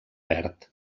verd